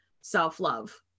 self-love